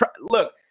look